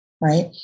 Right